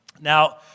Now